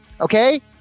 Okay